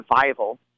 survival